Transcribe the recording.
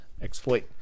exploit